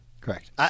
Correct